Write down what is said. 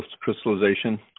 crystallization